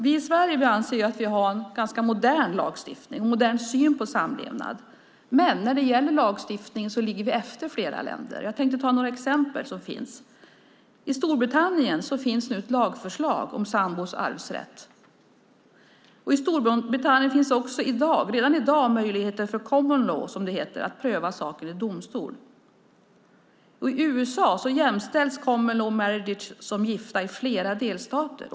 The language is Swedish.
Vi i Sverige anser att vi har en ganska modern lagstiftning och en modern syn på samlevnad, men när det gäller lagstiftning ligger vi efter flera länder. Jag tänker ta några exempel. I Storbritannien finns nu ett lagförslag om sambors arvsrätt. I Storbritannien finns redan i dag möjligheter för common law, som det heter, att pröva saken i domstol. I USA jämställs common law marriages med gifta i flera delstater.